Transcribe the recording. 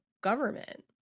government